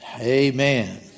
Amen